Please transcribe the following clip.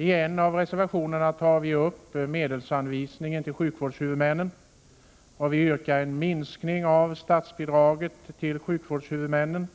I en av reservationerna yrkar vi på en minskning av statsbidraget till sjukvårdshuvudmännen.